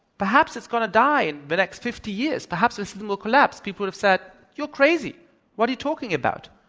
perhaps it's going to die in the next fifty years, perhaps the system will collapse people would have said, you're crazy what are you talking about?